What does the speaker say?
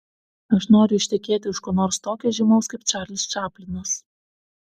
aš noriu ištekėti už ko nors tokio žymaus kaip čarlis čaplinas